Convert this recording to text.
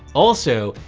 also,